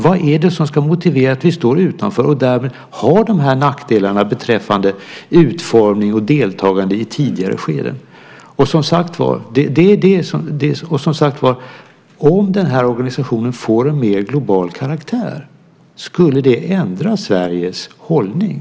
Vad är det som ska motivera att vi står utanför och därmed har de här nackdelarna beträffande utformning och deltagande i tidigare skeden? Om den här organisationen får en mer global karaktär, skulle det ändra Sveriges hållning?